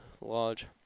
lodge